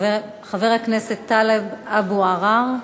חבר הכנסת טלב אבו עראר,